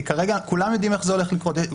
כי כרגע כולם יודעים איך זה הולך לקרות,